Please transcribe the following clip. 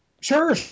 Sure